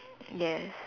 yes